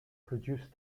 produced